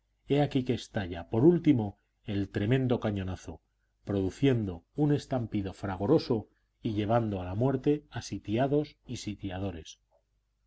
he aquí que estalla por último el tremendo cañonazo produciendo un estampido fragoroso y llevando la muerte a sitiados y sitiadores